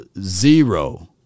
zero